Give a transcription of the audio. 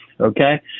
Okay